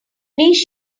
least